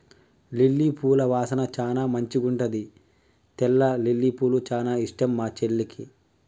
lily పూల వాసన చానా మంచిగుంటది తెల్ల లిల్లీపూలు చానా ఇష్టం మా చెల్లికి